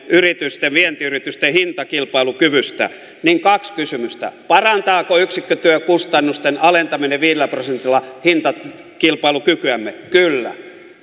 yritysten vientiyritysten hintakilpailukyvystä niin kaksi kysymystä parantaako yksikkötyökustannusten alentaminen viidellä prosentilla hintakilpailukykyämme kyllä